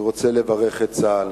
אני רוצה לברך את צה"ל.